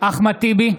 אחמד טיבי,